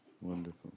Wonderful